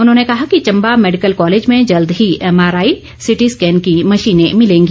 उन्होंने कहा कि चम्बा मैडिकल कॉलेज में जल्द ही एमआरआई सिटी स्कैन की मशीनें मिलेंगी